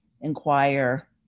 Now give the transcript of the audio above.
inquire